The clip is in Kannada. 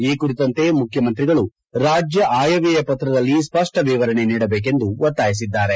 ಈ ಕುರಿತಂತೆ ಮುಖ್ಯಮಂತ್ರಿಗಳು ರಾಜ್ಯ ಆಯವ್ಯಯ ಪತ್ರದಲ್ಲಿ ಸ್ಪಷ್ಟ ವಿವರಣೆ ನೀಡಬೇಕೆಂದು ಒತ್ತಾಯಿಸಿದ್ದಾರೆ